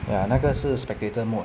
ya 那个是 spectator mode